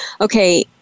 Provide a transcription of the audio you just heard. okay